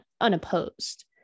unopposed